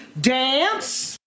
dance